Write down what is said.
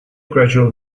gradual